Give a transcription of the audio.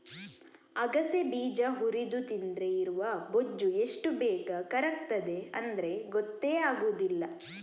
ಅಗಸೆ ಬೀಜ ಹುರಿದು ತಿಂದ್ರೆ ಇರುವ ಬೊಜ್ಜು ಎಷ್ಟು ಬೇಗ ಕರಗ್ತದೆ ಅಂದ್ರೆ ಗೊತ್ತೇ ಆಗುದಿಲ್ಲ